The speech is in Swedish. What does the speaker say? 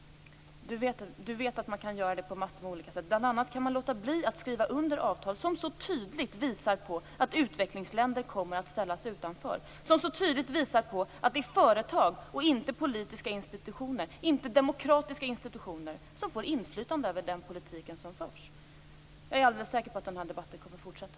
Leif Pagrotsky vet att man kan göra det på massor av olika sätt, bl.a. kan man låta bli att skriva under avtal som så tydligt visar att utvecklingsländer kommer att ställas utanför, som så tydligt visar att det är företag och inte politiska institutioner, inte demokratiska institutioner som får inflytande över den politik som förs. Jag är alldeles säker på att den här debatten kommer att fortsätta.